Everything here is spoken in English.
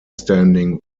standing